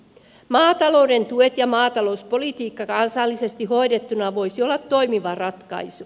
maatalouden tuet ja maatalouspolitiikka kansallisesti hoidettuna voisi olla toimiva ratkaisu